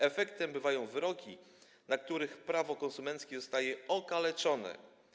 Efektem bywają wyroki, w których prawo konsumenckie zostaje okaleczone.